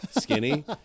skinny